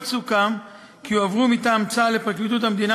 עוד סוכם כי יועברו מטעם צה"ל לפרקליטות המדינה